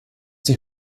die